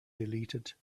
deleted